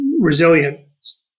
resilience